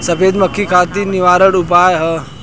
सफेद मक्खी खातिर निवारक उपाय का ह?